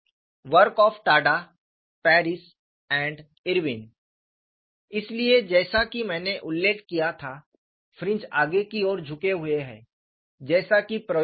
work of Tada Paris and Irwin इसलिए जैसा कि मैंने उल्लेख किया था फ्रिंज आगे की ओर झुके हुए हैं जैसा कि प्रयोग में है